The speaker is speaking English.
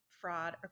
fraud